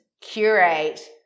curate